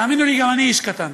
תאמינו לי, גם אני איש קטן.